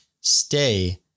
stay